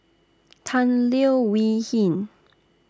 Tan Leo Wee Hin